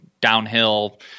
downhill